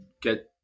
get